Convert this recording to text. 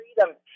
freedom